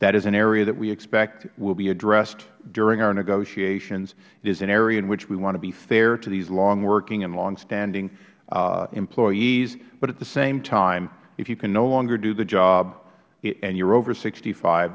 that is an area that we expect will be addressed during our negotiations it is an area in which we want to be fair to these long working and longstanding employees but at the same time if you can no longer do the job and you are over sixty five